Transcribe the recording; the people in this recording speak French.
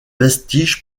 vestiges